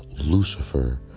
Lucifer